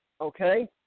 okay